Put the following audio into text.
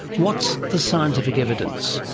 what's the scientific evidence,